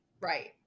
Right